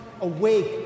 awake